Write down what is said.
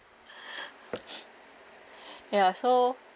ya so